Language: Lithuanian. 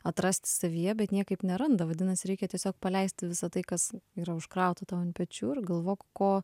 atrasti savyje bet niekaip neranda vadinasi reikia tiesiog paleisti visa tai kas yra užkrauta tau ant pečių ir galvok ko